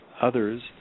others –